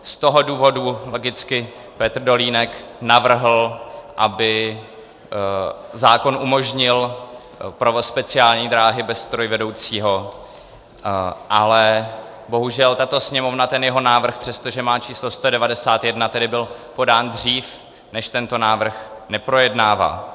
Z toho důvodu logicky Petr Dolínek navrhl, aby zákon umožnil provoz speciální dráhy bez strojvedoucího, ale bohužel tato Sněmovna ten jeho návrh, přestože má číslo 191, tedy byl podán dřív než tento návrh, neprojednává.